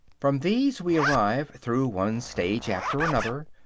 from these we arrive, through one stage after another,